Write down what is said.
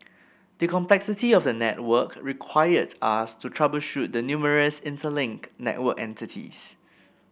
the complexity of the network required us to troubleshoot the numerous interlinked network entities